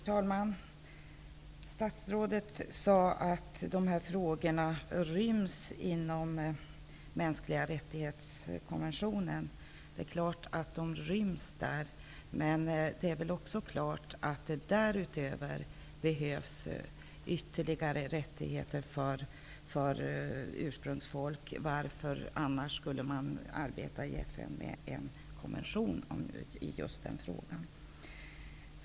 Herr talman! Statsrådet sade att dessa frågor ryms inom konventionen om de mänskliga rättigheterna. Det är klart att de ryms där, men det är också klart att det behövs ytterligare rättigheter för ursprungsfolk. Varför skulle man annars inom FN arbeta med en konvention om just denna fråga?